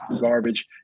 garbage